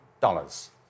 dollars